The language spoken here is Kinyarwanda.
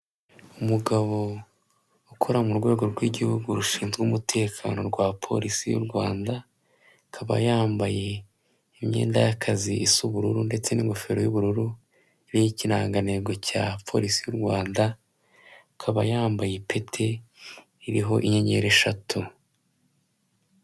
Umugabo ukora ku rwego rw'Igihugu rushinzwe umutekano rwa polisi y'u Rwanda, akaba yambaye imyenda y'akazi isa ubururu ndetse n'ingofero y'ubururu iriho ikirangantego cya polisi y'u Rwanda, akaba yambaye ipeti iriho inyenyeri eshatu.